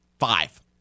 Five